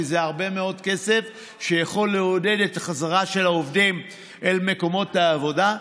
כי זה הרבה מאוד כסף שיכול לעודד את החזרה של העובדים אל מקומות העבודה.